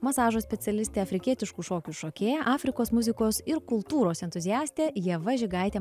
masažo specialistė afrikietiškų šokių šokėja afrikos muzikos ir kultūros entuziastė ieva žigaitė